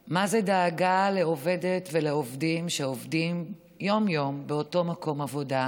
ומה זו דאגה לעובדת ולעובדים שעובדים יום-יום באותו מקום עבודה,